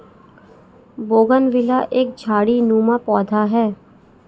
bougainvillea एक झाड़ीनुमा पौधा है